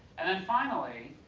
and then finally,